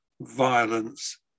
violence